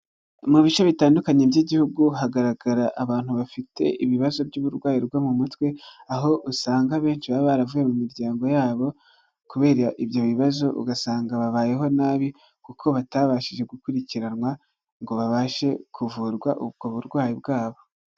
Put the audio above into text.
Mu bice bitandukanye by'igihugu, hagaragara abantu bafite ibibazo by'uburwayi bwo mu mutwe, aho usanga abenshi baba baravuye mu miryango yabo, kubera ibyo bibazo, ugasanga babayeho nabi, kuko batabashije gukurikiranwa ngo babashe kuvurwa ubwo burwayi bwabo.